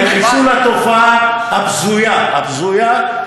לחיסול התופעה הבזויה, הבזויה,